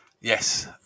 Yes